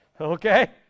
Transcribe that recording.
okay